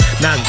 now